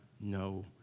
no